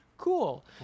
cool